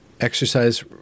exercise